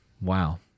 wow